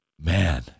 Man